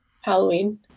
Halloween